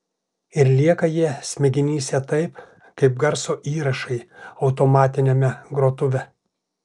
ir lieka jie smegenyse taip kaip garso įrašai automatiniame grotuve